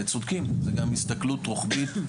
וצודקים זה גם הסתכלות רוחבית,